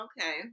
Okay